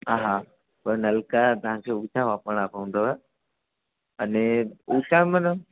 हा हा पर नलका तव्हांखे ऊंचा वापिरणा पवंदव अने ऊंचा माना